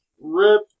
Rip